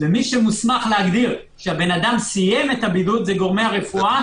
ומי שמוסמך להגדיר שהאדם סיים את הבידוד זה גורמי הרפואה.